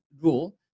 rule